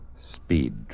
Speed